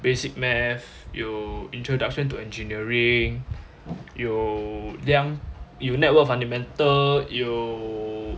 basic math 有 introduction to engineering 有两有 network fundamental 有